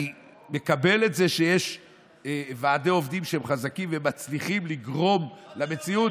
אני מקבל את זה שיש ועדי עובדים שהם חזקים ומצליחים לגרום למציאות,